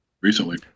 recently